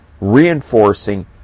reinforcing